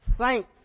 saints